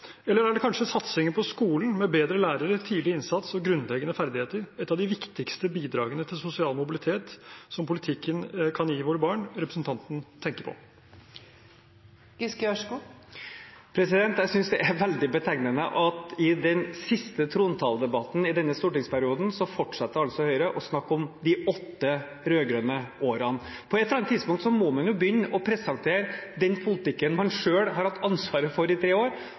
Eller er det kanskje satsingen på skolen med bedre lærere, tidlig innsats og grunnleggende ferdigheter – et av de viktigste bidragene til sosial mobilitet som politikken kan gi våre barn – representanten tenker på? Jeg synes det er veldig betegnende at i den siste trontaledebatten i denne stortingsperioden fortsetter altså Høyre å snakke om de åtte rød-grønne årene. På et eller annet tidspunkt må man begynne å presentere den politikken man selv har hatt ansvaret for i tre år,